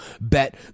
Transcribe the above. bet